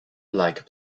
like